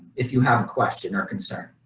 if you have a question or concern.